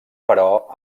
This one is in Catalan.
però